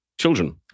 children